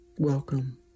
Welcome